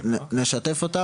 נשתף אותם.